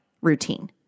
routine